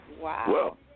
wow